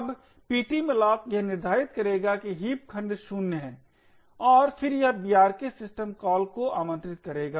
अब ptmalloc यह निर्धारित करेगा कि हीप खंड 0 है और फिर यह brk सिस्टम कॉल को आमंत्रित करेगा